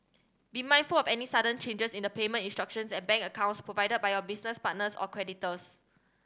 be mindful of any sudden changes in the payment instructions and bank accounts provided by your business partners or creditors